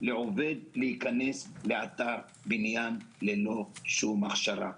לעובד להיכנס לאתר בניין ללא שום הכשרה.